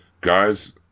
Guys